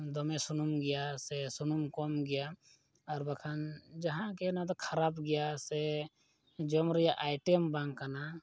ᱫᱚᱢᱮ ᱥᱩᱱᱩᱢ ᱜᱮᱭᱟ ᱥᱮ ᱥᱩᱱᱩᱢ ᱠᱚᱢ ᱜᱮᱭᱟ ᱟᱨ ᱵᱟᱠᱷᱟᱱ ᱡᱟᱦᱟᱸ ᱜᱮ ᱱᱚᱣᱟ ᱫᱚ ᱠᱷᱟᱨᱟᱯ ᱜᱮᱭᱟ ᱥᱮ ᱡᱚᱢ ᱨᱮᱭᱟᱜ ᱟᱭᱴᱮᱢ ᱵᱟᱝ ᱠᱟᱱᱟ